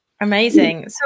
amazing